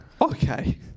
Okay